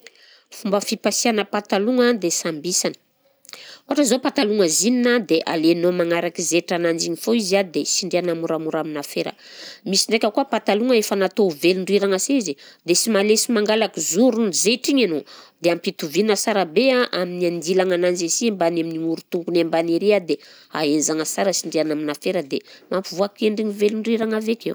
Fomba fipasiàna patalogna dia samby isany, ohatra zao patalogna jeans a, dia alainao manaraky zaitrananjy igny foa izy a dia sindriana moramora aminà fera, misy ndraika koa patalogna efa natao velondriragna se izy dia sy malesy mangalaka zorony zaitra igny anao, dia ampitoviana sara be a amin'ny andilagna ananjy asi mban'ny amin'ny moro-tongony ambany ery a dia ahenzana sara, sindriana aminà fera dia mampivoaka endriny velondriragna avy akeo.